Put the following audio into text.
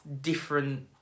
different